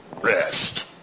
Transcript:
rest